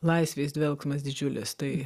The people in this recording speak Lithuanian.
laisvės dvelksmas didžiulis tai